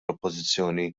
oppożizzjoni